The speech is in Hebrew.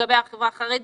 לגבי החברה החרדית,